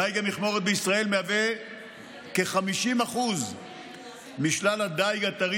דיג המכמורת בישראל מהווה כ-50% משלל הדיג הטרי